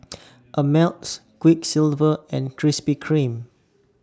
Ameltz Quiksilver and Krispy Kreme